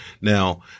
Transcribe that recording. Now